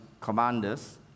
commanders